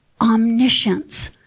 omniscience